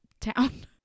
town